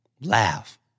Laugh